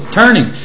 turning